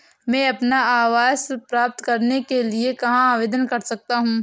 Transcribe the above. मैं अपना आवास प्राप्त करने के लिए कहाँ आवेदन कर सकता हूँ?